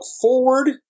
forward